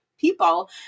people